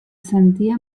sentia